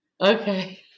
Okay